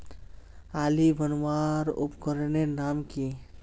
आली बनवार उपकरनेर नाम की?